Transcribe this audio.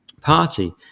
party